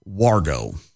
Wargo